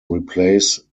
replace